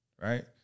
right